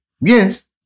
Yes